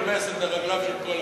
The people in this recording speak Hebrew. נרמסת ברגליו של כל אחד.